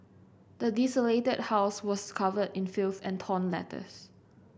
the desolated house was covered in filth and torn letters